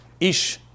Ish